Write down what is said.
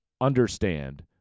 understand